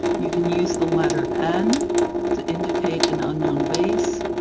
you can use the letter n to indicate an unknown base,